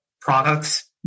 products